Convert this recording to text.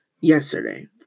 yesterday